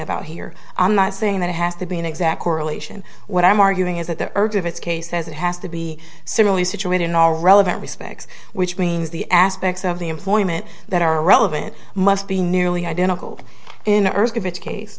about here i'm not saying that it has to be an exact correlation what i'm arguing is that the urge of its case says it has to be similarly situated in all relevant respects which means the aspects of the employment that are relevant must be nearly identical in the earth of each case